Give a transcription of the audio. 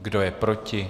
Kdo je proti?